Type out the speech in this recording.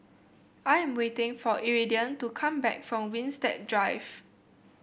I am waiting for Iridian to come back from Winstedt Drive